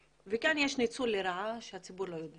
כאן יש ניצול לרעה, כאשר הציבור לא יודע